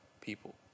people